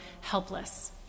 helpless